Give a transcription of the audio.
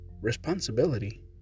responsibility